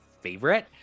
favorite